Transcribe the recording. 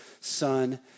son